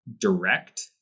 direct